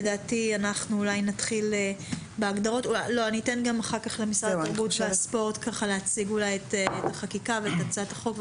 אני אתן אחר כך למשרד התרבות והספורט להציג את החקיקה ואת הצעת החוק,